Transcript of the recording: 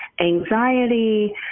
anxiety